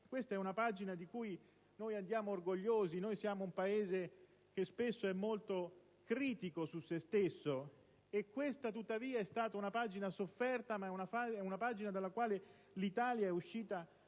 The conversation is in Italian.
Questa è una pagina di cui noi andiamo orgogliosi. Noi siamo un Paese che spesso è molto critico su se stesso, e questa tuttavia è stata una pagina sofferta ma dalla quale l'Italia è uscita